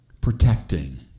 protecting